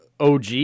OG